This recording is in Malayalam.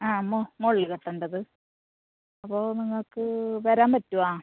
ആ മോ മോളിൽ കെട്ടേണ്ടത് അപ്പോൾ നിങ്ങൾക്ക് വരാൻ പറ്റുമോ